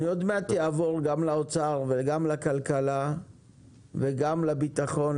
אני עוד מעט אעבור גם לאוצר וגם לכלכלה וגם לביטחון,